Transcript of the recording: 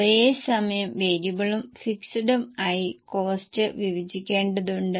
ഒരേസമയം വേരിയബിളും ഫിക്സഡും ആയി കോസ്ററ് വിഭജിക്കേണ്ടതുണ്ട്